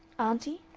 auntie?